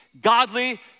godly